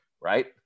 right